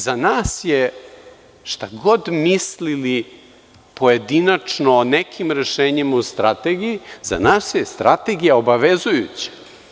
Za nas je šta god mislili pojedinačno o nekim rešenjima u Strategiji, za nas je Strategija obavezujuća.